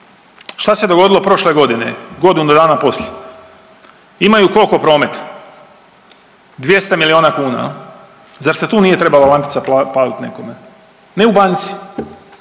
Šta se dogodilo prošle godine, godinu dana poslije? Imaju koliko promet? 200 milijuna kuna. Zar se tu nije trebala lampica palit nekome, ne u banci